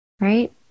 right